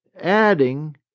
Adding